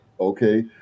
Okay